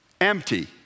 Empty